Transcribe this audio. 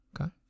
Okay